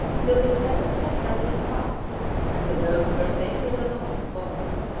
till the seventh cataract was passed and the boats were safely below the falls.